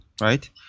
right